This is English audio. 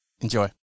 enjoy